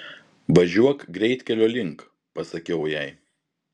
važiuok greitkelio link pasakiau jai